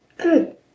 Good